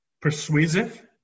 persuasive